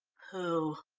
who?